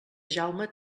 jaume